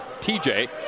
TJ